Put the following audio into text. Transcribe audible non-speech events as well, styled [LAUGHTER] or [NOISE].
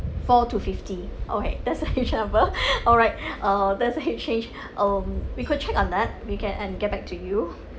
four to fifty okay that's a huge number [LAUGHS] alright uh that's a huge change um we could check on that we can and get back to you